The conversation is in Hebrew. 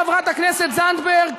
חברת הכנסת זנדברג,